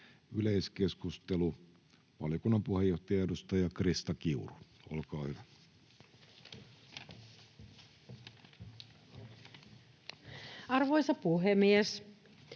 Yleiskeskustelu. Valiokunnan puheenjohtaja, edustaja Krista Kiuru, olkaa hyvä. Arvoisa puhemies!